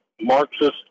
Marxist